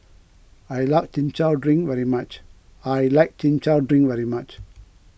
I like Chin Chow Drink very much I like Chin Chow Drink very much